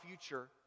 future